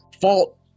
Fault